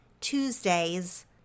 Tuesdays